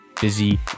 busy